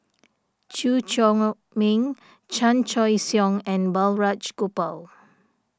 Chew Chor Meng Chan Choy Siong and Balraj Gopal